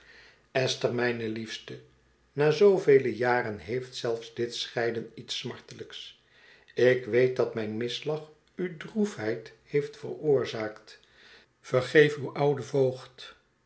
esther mijne liefste na zoovele jaren heeft zelfs dit scheiden iets smartelijks ik weet dat mijn misslag u droefheid heeft veroorzaakt vergeef uw ouden voogd